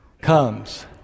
comes